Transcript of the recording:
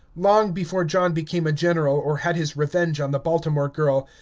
long before john became a general or had his revenge on the baltimore girl,